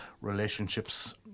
relationships